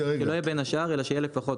שלא יהיה בין השאר שיהיה לפחות.